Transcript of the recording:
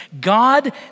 God